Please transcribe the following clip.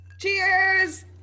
Cheers